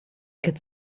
could